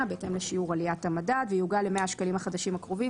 בהתאם לשיעור עליית המדד ויעוגל למאה השקלים החדשים הקרובים,